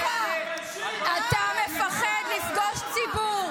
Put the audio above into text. תגידי, איך את בכלל מסיתה?